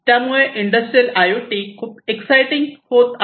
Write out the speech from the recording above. त्यामुळे industrial I O T खूप exciting होत आहे